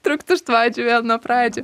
trukt už vadžių vėl nuo pradžių